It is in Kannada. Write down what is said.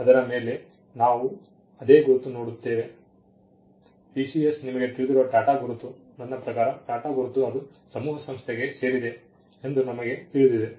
ಅದರ ಮೇಲೆ ನಾವು ಅದೇ ಗುರುತು ನೋಡುತ್ತೇವೆ TCS ನಿಮಗೆ ತಿಳಿದಿರುವ ಟಾಟಾ ಗುರುತು ನನ್ನ ಪ್ರಕಾರ ಟಾಟಾ ಗುರುತು ಅದು ಸಮೂಹ ಸಂಸ್ಥೆಗೆ ಸೇರಿದೆ ಎಂದು ನಮಗೆ ತಿಳಿದಿದೆ